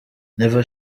never